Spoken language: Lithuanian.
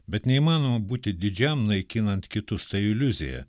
bet neįmanoma būti didžiam naikinant kitus tai iliuzija